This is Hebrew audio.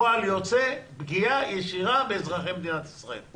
כפועל יוצא מכך יש פגיעה ישירה באזרחי מדינת ישראל.